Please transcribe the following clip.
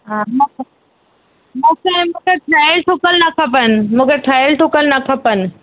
हा मां मूंखे मूंखे ठहियल ठुकियल न खपनि मूंखे ठहियल ठुकियल न खपनि